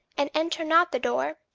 and enter not the door,